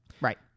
Right